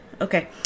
okay